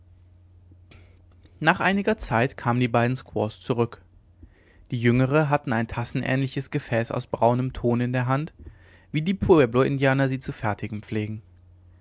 nach einiger zeit kamen die beiden squaws zurück die jüngere hatte ein tassenähnliches gefäß aus braunem ton in der hand wie die pueblo indianer sie zu fertigen pflegen